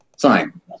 Fine